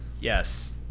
Yes